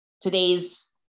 Today's